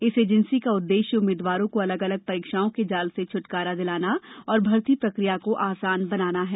इस एजेन्सी का उद्देश्य उम्मीदवारों को अलग अलग परीक्षाओं के जाल से छटकारा दिलाना और भर्ती प्रक्रिया को आसान बनाना है